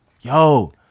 Yo